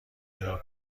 نگاه